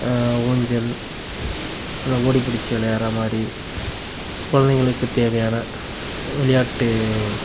ஊஞ்சல் நல்லா ஓடி பிடிச்சி வெளையாடுறா மாதிரி குழந்தைங்களுக்கு தேவையான விளையாட்டு